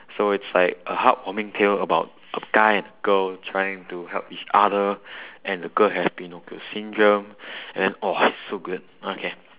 so it's like a heartwarming tale about a guy and girl trying to help each other and the girl has pinocchio syndrome and then !whoa! it's so good okay